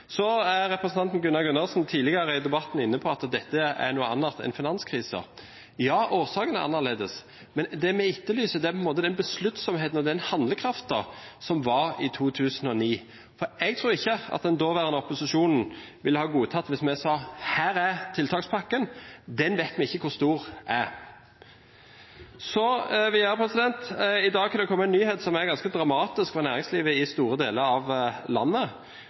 Så var representanten Gunnar Gundersen tidligere i debatten inne på at dette er noe annet enn finanskrisen. Ja, årsaken er annerledes, men det vi etterlyser, er den besluttsomheten og den handlekraften som var i 2009. Jeg tror ikke at den daværende opposisjonen ville ha godtatt det hvis vi sa at her er tiltakspakken, den vet vi ikke hvor stor er. Videre har det i dag kommet en nyhet som er ganske dramatisk for næringslivet i store deler av landet.